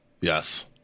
Yes